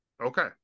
Okay